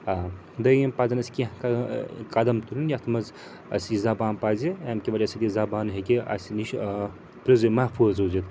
آ دٔیِم پَزَن اَسہِ کیٚنٛہہ قدم تُلٕنۍ یَتھ منٛز اَسہِ یہِ زبان پزِ اَمہِ کہِ وجہ سۭتۍ یہِ زبان ہیٚکہِ اَسہِ نِش محفوٗظ روٗزِتھ